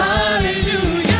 Hallelujah